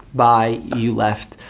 bye, you left.